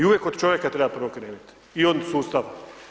I uvijek od čovjeka treba prvo krenuti i od sustava.